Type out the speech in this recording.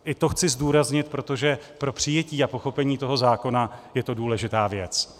I to chci zdůraznit, protože pro přijetí a pochopení toho zákona je to důležitá věc.